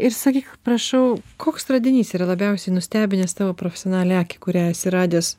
ir sakyk prašau koks radinys yra labiausiai nustebinęs tavo profesionalią akį kurią esi radęs